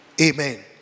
Amen